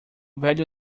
velho